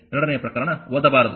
ಎರಡನೇ ಪ್ರಕರಣ ಓದಬಾರದು